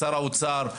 לשר האוצר,